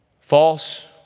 False